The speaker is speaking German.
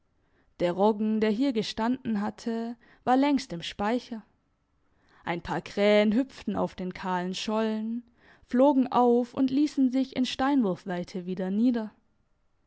der roggen der hier gestanden hatte war längst im speicher ein paar krähen hüpften auf den kahlen schollen flogen auf und liessen sich in steinwurfweite wieder nieder